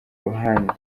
ruhande